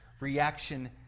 reaction